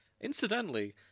Incidentally